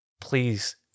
please